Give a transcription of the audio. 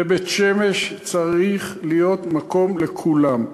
בבית-שמש צריך להיות מקום לכולם.